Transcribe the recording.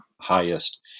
highest